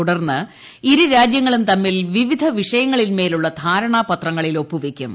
തുടർന്ന് ഇരു രാജ്യങ്ങളും തമ്മിൽ വിവിധ വിഷയങ്ങളിന്മേലുള്ള ധാരണാപത്രങ്ങളിൽ ഒപ്പു വയ്ക്കും